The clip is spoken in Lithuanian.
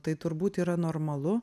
tai turbūt yra normalu